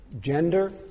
gender